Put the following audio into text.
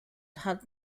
had